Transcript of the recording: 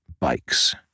bikes